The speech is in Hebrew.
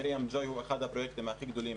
'מרים ג'וי' הוא אחד הפרויקטים הכי גדולים